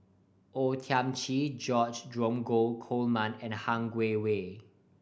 O Thiam Chin George Dromgold Coleman and Han Guangwei